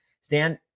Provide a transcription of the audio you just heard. Stan